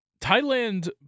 Thailand